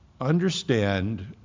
Understand